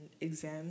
exam